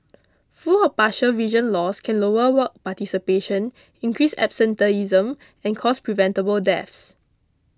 full or partial vision loss can lower work participation increase absenteeism and cause preventable deaths